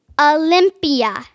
Olympia